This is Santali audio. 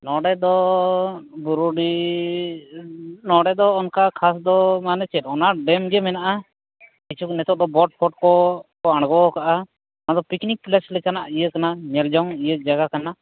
ᱱᱚᱰᱮ ᱫᱚᱻ ᱵᱩᱨᱩᱰᱤᱻ ᱱᱚᱰᱮᱫᱚ ᱚᱱᱠᱟ ᱠᱷᱟᱥᱫᱚ ᱢᱟᱱᱮ ᱪᱮᱫ ᱚᱱᱟ ᱰᱮᱢ ᱜᱮ ᱢᱮᱱᱟᱜᱼᱟ ᱠᱤᱪᱷᱩᱠ ᱱᱤᱛᱚᱜᱫᱚ ᱵᱳᱴᱼᱯᱷᱳᱴᱠᱚ ᱟᱬᱜᱳ ᱟᱠᱟᱫᱟ ᱚᱱᱟᱫᱚ ᱯᱤᱠᱱᱤᱠ ᱯᱞᱮᱥ ᱞᱮᱠᱟᱱᱟᱜ ᱤᱭᱟᱹ ᱠᱟᱱᱟ ᱧᱮᱞᱡᱚᱝ ᱤᱭᱟᱹ ᱡᱟᱜᱟ ᱠᱟᱱᱟ